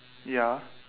ya